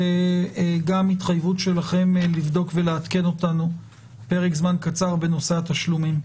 וגם התחייבות שלכם לבדוק ולעדכן אותנו בפרק זמן קצר בנושא התשלומים,